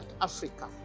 Africa